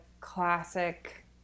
classic